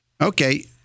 Okay